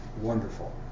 wonderful